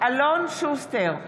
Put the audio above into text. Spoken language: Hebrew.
אלון שוסטר,